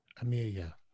Amelia